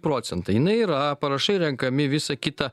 procentai jinai yra parašai renkami visa kita